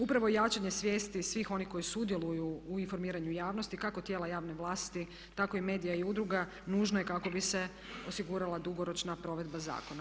Upravo jačanje svijesti svih onih koji sudjeluju u informiranju javnost kako tijela javne vlasti tako i medija i udruga nužna je kako bi se osigurala dugoročna provedba zakona.